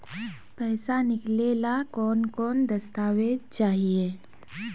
पैसा निकले ला कौन कौन दस्तावेज चाहिए?